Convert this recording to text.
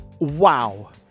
Wow